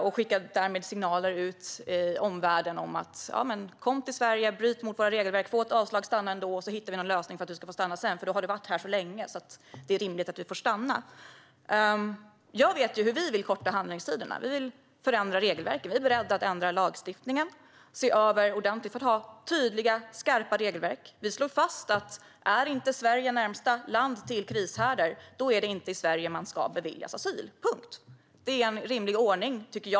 Man skickar därmed ut signaler till omvärlden: Kom till Sverige, bryt mot våra regelverk, få ett avslag och stanna ändå. Vi hittar någon lösning för att du sedan ska få stanna, för då har du varit här så länge att det är rimligt att du får stanna. Jag vet hur vi vill korta handläggningstiderna. Vi vill förändra regelverket. Vi är beredda att ändra lagstiftningen och se över den ordentligt för att ha tydliga, skarpa regelverk. Vi slår fast att om Sverige inte är närmaste land till krishärdar är det inte i Sverige som människor ska beviljas asyl, punkt. Det är en rimlig ordning.